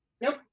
Nope